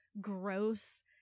gross